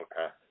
Okay